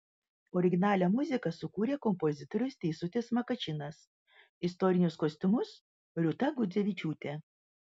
originalią muziką sukūrė kompozitorius teisutis makačinas istorinius kostiumus rūta gudzevičiūtė